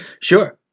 Sure